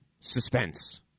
suspense